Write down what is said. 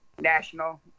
national